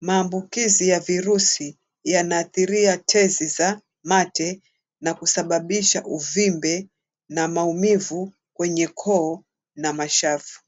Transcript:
Maambukizi ya virusi yanaathiria tesi za mate na kusababisha uvimbe na maumivu kwenye koo na mashavu.